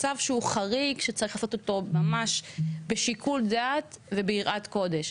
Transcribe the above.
מצב שהוא חריג שצריך לעשות אותו ממש בשיקול דעת וביראת קודש.